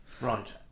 Right